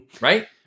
right